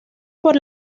por